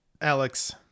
Alex